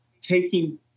taking